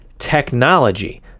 technology